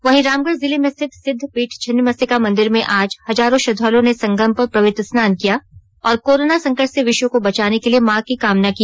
वहीं रामगढ़ जिले में रिथत सिद्ध पीठ छिन्नमस्तिका मंदिर में आज हजारों श्रद्दालुओं ने संगम पर पवित्र स्नान किया और करोना संकट से विश्व को बचाने के लिए मां कामना की